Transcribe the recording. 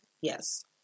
yes